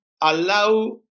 allow